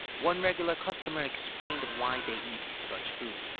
one regular customer explained why they eat such food.